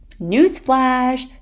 newsflash